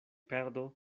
perdo